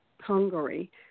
Hungary